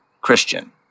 Christian